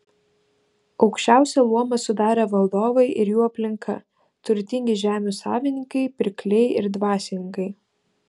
aukščiausią luomą sudarė valdovai ir jų aplinka turtingi žemių savininkai pirkliai ir dvasininkai